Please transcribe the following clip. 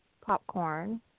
popcorn